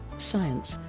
science